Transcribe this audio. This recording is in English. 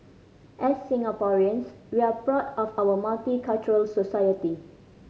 as Singaporeans we're proud of our multicultural society